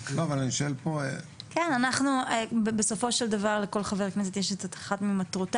אבל אני שואל פה --- בסופו של דבר לכל חברי כנסת יש את אחת ממטרותיו